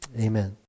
Amen